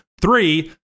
Three